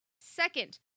Second